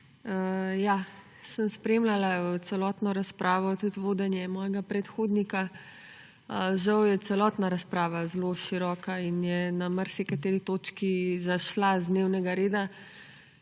Sem spremljala celotno razpravo, tudi vodenje svojega predhodnika. Žal je celotna razprava zelo široka in je na marsikateri točki zašla z dnevnega reda.